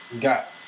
got